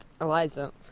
Eliza